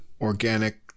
organic